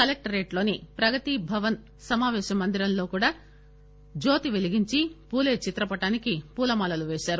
కలెక్టరేట్లోని ప్రగతి భవన్ సమాపేశ మందిరంలో కూడా జ్కోతి వెలిగించి పూలే చిత్రపటానికి పూలమాలలు వేశారు